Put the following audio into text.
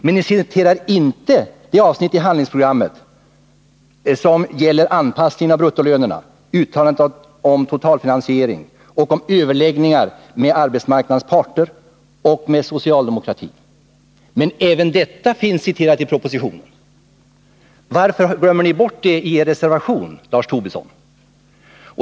Men ni citerar inte det avsnitt i handlingsprogrammet som gäller anpassningen av bruttolönerna, uttalandet om totalfinansiering eller passusen om överläggningar med arbetsmarknadens parter och med socialdemokraterna. Även detta finns med i propositionen. Varför glömmer ni bort det i er reservation, Lars Tobisson?